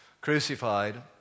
crucified